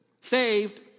Saved